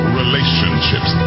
relationships